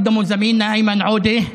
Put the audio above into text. הציע אותו החבר שלנו איימן עודה,